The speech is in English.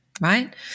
right